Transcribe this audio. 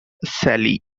sally